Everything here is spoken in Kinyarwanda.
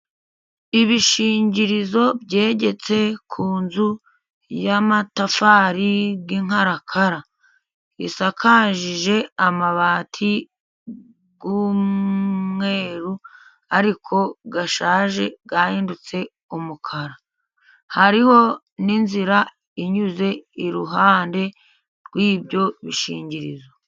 Ibishingirizo byegetse ku nzu y'amatafari y'inkarakara, isakaje amabati y'umweru, ariko ashaje yahindutse umukara, hariho n'inzira inyuze iruhande rw'ibyo bishingiriro.